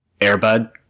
Airbud